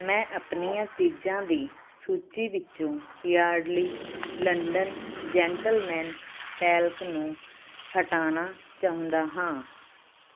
ਮੈਂ ਆਪਣੀਆਂ ਚੀਜ਼ਾਂ ਦੀ ਸੂਚੀ ਵਿੱਚੋ ਯਾਰਡਲੀ ਲੰਡਨ ਜੈਂਟਲਮੈਨ ਟੈਲਕ ਨੂੰ ਹਟਾਨਾ ਚਾਹੁੰਦਾ ਹਾਂ